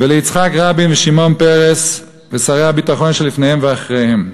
וליצחק רבין ושמעון פרס ושרי הביטחון שלפניהם ואחריהם,